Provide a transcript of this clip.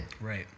Right